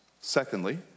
Secondly